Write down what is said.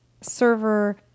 server